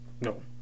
No